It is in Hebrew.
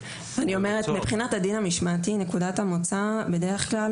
מבחינת הדין המשמעתי נקודת המוצא בדרך כלל